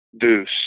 deuce